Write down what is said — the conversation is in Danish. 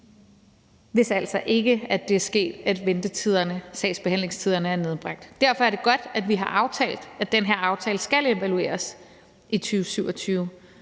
hvis altså ikke det er sket, at ventetiderne, sagsbehandlingstiderne er nedbragt. Derfor er det godt, at vi har aftalt, at den her aftale skal evalueres i 2027.